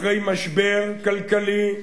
אחרי משבר כלכלי.